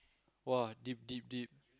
!wah! deep deep deep